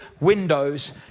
windows